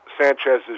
Sanchez's